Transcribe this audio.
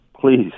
please